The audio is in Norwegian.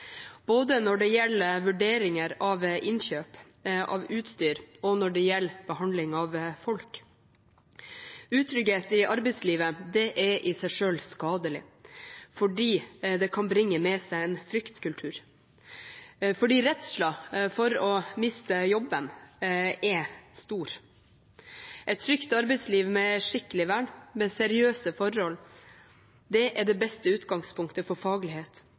både når det gjelder vurderinger av innkjøp av utstyr, og når det gjelder behandling av folk. Utrygghet i arbeidslivet er i seg selv skadelig fordi det kan bringe med seg en fryktkultur, fordi redselen for å miste jobben er stor. Et trygt arbeidsliv med skikkelig vern og med seriøse forhold er det beste utgangspunktet for faglighet,